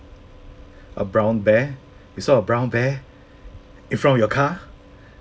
a brown bear you saw a brown bear in front of your car